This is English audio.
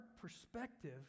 perspective